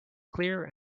clear